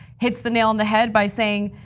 hits the nail on the head by saying,